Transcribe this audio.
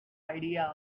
idea